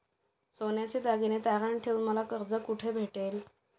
सोन्याचे दागिने तारण ठेवून मला कर्ज कुठे भेटेल?